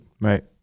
right